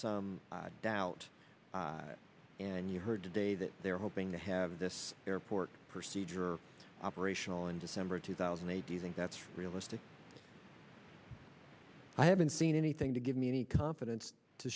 some doubt and you heard today that they're hoping to have this airport procedure operational in december of two thousand and eight do you think that's realistic i haven't seen anything to give any confidence to